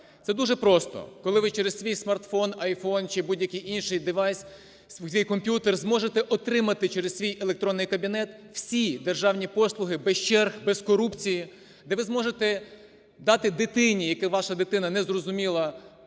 Це дуже просто, коли ви через свій смартфон, iPhone чи будь-який інший девайс, свій комп'ютер зможете отримати через свій електронний кабінет всі державні послуги без черг, без корупції, де ви зможете дати дитині, як ваша дитина не зрозуміла